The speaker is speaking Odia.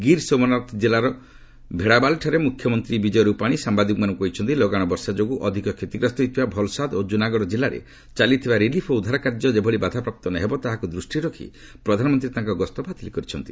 ଗିର୍ସୋମନାଥ କିଲ୍ଲାର ଭେଡାବାଲ୍ଠାରେ ମୁଖ୍ୟମନ୍ତ୍ରୀ ବିକ୍କୟ ରୁପାଣୀ ସାମ୍ବାଦିକମାନଙ୍କୁ କହିଛନ୍ତି ଲଗାଣ ବର୍ଷା ଯୋଗୁଁ ଅଧିକ କ୍ଷତିଗ୍ରସ୍ତ ହୋଇଥିବା ଭଲସାଦ ଓ କୁନାଗଡ଼ ଜିଲ୍ଲାରେ ଚାଲିଥିବା ରିଲିଫ୍ ଓ ଉଦ୍ଧାର କାର୍ଯ୍ୟ ଯେଭଳି ବାଧାପ୍ରାପ୍ତ ନ ହେବ ତାହାକୁ ଦୂଷ୍ଟିରେ ରଖି ପ୍ରଧାନମନ୍ତ୍ରୀ ତାଙ୍କ ଗସ୍ତ ବାତିଲ କରିଛନ୍ତି